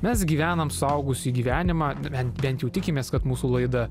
mes gyvenam suaugusiųjų gyvenimą ben bent jau tikimės kad mūsų laida